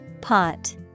pot